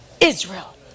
Israel